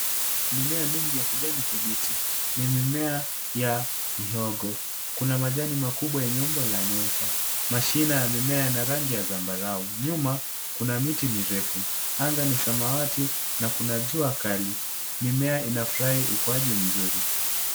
Mimea mingi ya kijani kibichi, ni mimea ya mihogo, kuna majani makubwa yenye umbo la nyota, mashina ya mimea yana rangi ya zambarau. Nyuma, kuna miti mirefu, anga ni samawati, na kuna jua kali. Mimea inafurahi ukuaji mzuri.